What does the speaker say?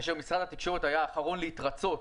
כאשר משרד התקשורת היה האחרון להתרצות